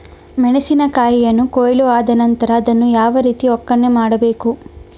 ಮೆಣಸಿನ ಕಾಯಿಯನ್ನು ಕೊಯ್ಲು ಆದ ನಂತರ ಅದನ್ನು ಯಾವ ರೀತಿ ಒಕ್ಕಣೆ ಮಾಡಬೇಕು?